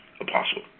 Apostle